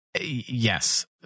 Yes